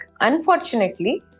unfortunately